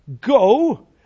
go